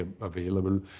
available